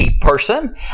person